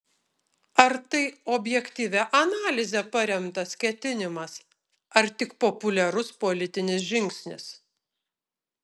ar tai objektyvia analize paremtas ketinimas ar tik populiarus politinis žingsnis